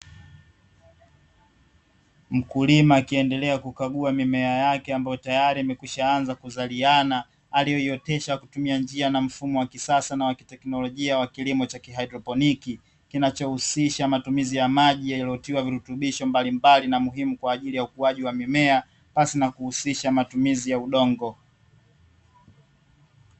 Mkulima akiendelea kukagua mimea yake ambayo tayari imeshaanza kuzaliana, aliyoiotesha kwa kutumia njia na mfumo wa kisasa na wa kiteknolojia na wa kilimo cha kihaidroponi, kinachohusisha matumizi ya maji yaliyotiwa virutubisho mbalimbali na muhimu kwa ajili ya ukuaji wa mimea pasi na kuhusisha matumizi ya udongo.